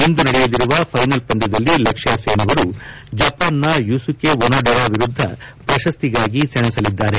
ಇಂದು ನಡೆಯಲಿರುವ ಫೈನಲ್ ಪಂದ್ಯದಲ್ಲಿ ಲಕ್ಷ್ಮ ಸೇನ್ ಅವರು ಜಪಾನ್ ನ ಯೂಸುಕೆ ಓನೊಡೆರಾ ವಿರುದ್ಧ ಪ್ರಶಸ್ತಿಗಾಗಿ ಸೆಣಸಲಿದ್ದಾರೆ